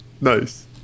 Nice